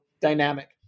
dynamic